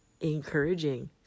encouraging